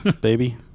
baby